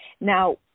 Now